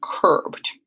curbed